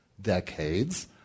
decades